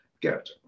get